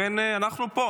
לכן אנחנו פה.